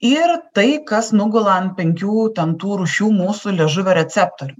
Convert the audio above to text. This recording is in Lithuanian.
ir tai kas nugula ant penkių ten tų rūšių mūsų liežuvio receptorių